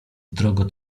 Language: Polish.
drogo